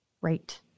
Right